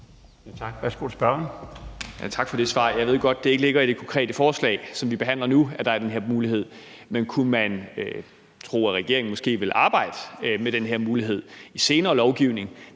Peter Kofod (DF): Tak for det svar. Jeg ved godt, at det ikke ligger i det konkrete forslag, som vi behandler nu, altså at der er den her mulighed, men kunne man tro, at regeringen måske ville arbejde med den her mulighed i noget kommende lovgivning?